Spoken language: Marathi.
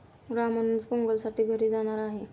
रामानुज पोंगलसाठी घरी जाणार आहे